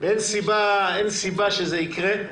ואין סיבה שזה יקרה.